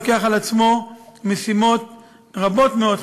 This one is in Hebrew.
לוקח על עצמו משימות רבות מאוד,